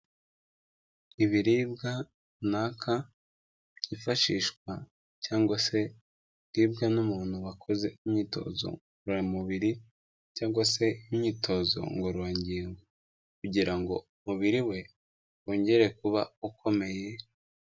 Ibiribwa runaka byifashishwa cyangwa se biribwa n'umuntu wakoze imyitozo ngororamubiri cyangwa se imyitozo ngororangingo kugira ngo umubiri we wongere kuba ukomeye.